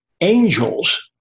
angels